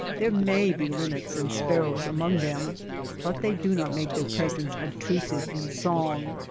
there may be linnets and sparrows among them but they do not make their presence obtrusive in song.